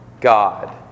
God